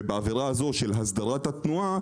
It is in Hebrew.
ובעבירה הזו של הסדרת התנועה,